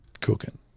Cooking